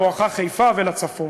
בואכה חיפה והצפון.